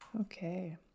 Okay